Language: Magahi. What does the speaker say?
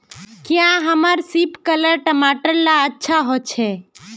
क्याँ हमार सिपकलर टमाटर ला अच्छा होछै?